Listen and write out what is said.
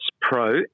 Pro